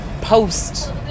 post